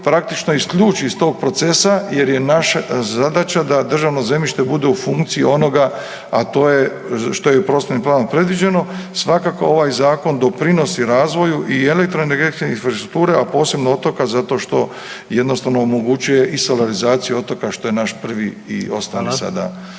praktično isključi iz tog procesa jer je naša zadaća da državno zemljište bude u funkciji onoga, a to je što je prostornim planom predviđeno. Svakako ovaj Zakon doprinosi razvoju i elektroenergetske infrastrukture, a posebno otoka zato što jednostavno omogućuje i solarizaciju otoka, što je naš prvi i osnovni sada